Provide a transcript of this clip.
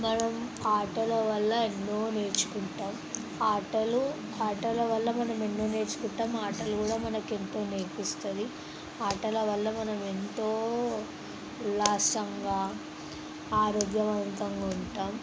మనం ఆటల వల్ల ఎన్నో నేర్చుకుంటాం ఆటలు ఆటల వల్ల మనం ఎన్నో నేర్చుకుంటాం ఆటలు కూడా మనకు ఎంతో నేర్పిస్తుంది ఆటల వల్ల మనం ఎంతో ఉల్లాసంగా ఆరోగ్యవంతంగా ఉంటాం